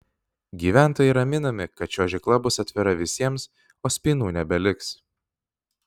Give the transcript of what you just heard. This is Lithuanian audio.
gyventojai raminami kad čiuožykla bus atvira visiems o spynų nebeliks